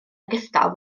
ogystal